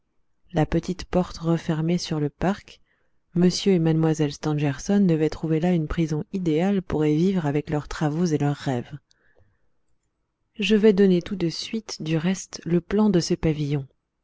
la petite porte refermée sur le parc m et mlle stangerson devaient trouver là une prison idéale pour y vivre avec leurs travaux et leur rêve je vais donner tout de suite du reste le plan de ce pavillon